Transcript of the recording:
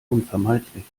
unvermeidlich